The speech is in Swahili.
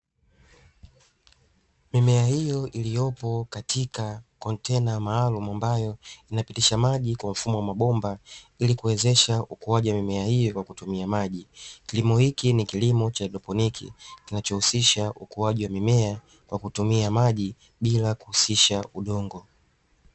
Mimea hiyo iliyopo katika kontena maalumu ambayo inapitisha maji kwa mfumo wa mabomba, ili kuwezesha ukuaji mimea hiyo kwa kutumia maji. Kilimo hiki ni kilimo cha haidroponi kinachohusisha ukuaji wa mimea kwa kutumia maji bila kusisisha udongo.